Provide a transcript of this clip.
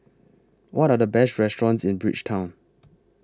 What Are The Best restaurants in Bridgetown